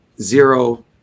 zero